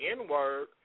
n-word